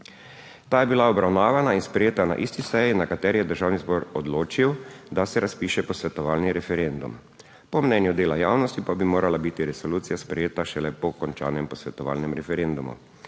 Ta je bila obravnavana in sprejeta na isti seji, na kateri je Državni zbor odločil, da se razpiše posvetovalni referendum, po mnenju dela javnosti pa bi morala biti resolucija sprejeta šele po končanem posvetovalnem referendumu.